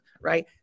right